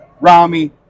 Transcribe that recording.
Rami